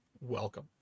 welcome